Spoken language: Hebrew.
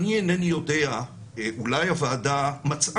הנושא של ההסכמה צריך לצאת